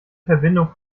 verbindung